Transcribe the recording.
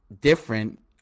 different